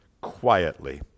quietly